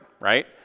right